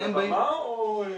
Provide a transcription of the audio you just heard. על הבמה או בקהל?